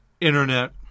internet